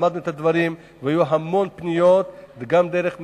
למדנו את הדברים, והיו המון פניות, גם דרך מיילים,